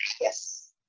Yes